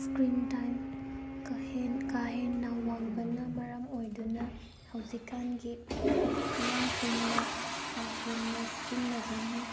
screen time ꯀꯥ ꯍꯦꯟ ꯀꯥ ꯍꯦꯟꯅ ꯋꯥꯡꯕꯅ ꯃꯔꯝ ꯑꯣꯏꯗꯨꯅ ꯍꯧꯖꯤꯛꯀꯥꯟꯒꯤ ꯑꯉꯥꯡꯁꯤꯡꯅ ꯀꯥ ꯍꯦꯟꯅ ꯁꯤꯖꯤꯟꯅꯕꯅ